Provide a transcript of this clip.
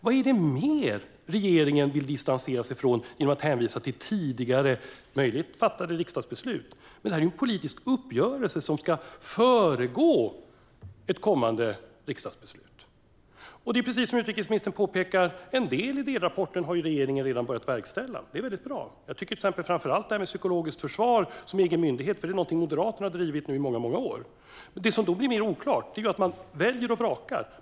Vad är det mer regeringen vill distansera sig från genom att hänvisa till tidigare möjligt fattade riksdagsbeslut? Detta är en politisk uppgörelse som ska föregå ett kommande riksdagsbeslut. Det är precis som utrikesministern påpekar att regeringen redan har börjat verkställa en del i delrapporten. Det är väldigt bra. Det gäller framför allt psykologiskt försvar som en egen myndighet. Det är någonting som Moderaterna har drivit i många år. Det som blir mer oklart är att man väljer och vrakar.